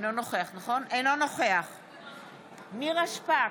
אינו נוכח נירה שפק,